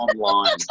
online